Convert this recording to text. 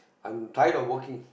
I'm tired of working